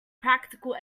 practical